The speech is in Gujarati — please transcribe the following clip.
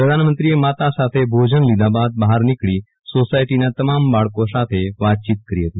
પ્રધાનમંત્રીએ માતા સાથે ભોજન લીધા બાદ બહાર નીકળી સોસાયટીના તમામ બાળકો સાથે વાતચીત કરી હતી